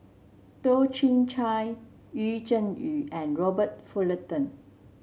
Toh Chin Chye Yu Zhuye and Robert Fullerton